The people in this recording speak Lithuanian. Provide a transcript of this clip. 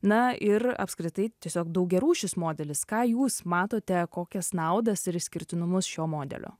na ir apskritai tiesiog daug gerų šis modelis ką jūs matote kokias naudas ir išskirtinumus šio modelio